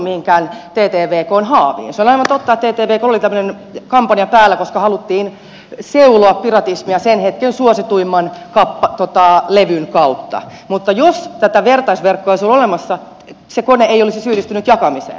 se on aivan totta että ttvklla oli tämmöinen kampanja päällä koska haluttiin seuloa piratismia sen hetken suosituimman levyn kautta mutta jos tätä vertaisverkkoa ei olisi ollut olemassa se kone ei olisi syyllistynyt jakamiseen